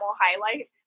highlight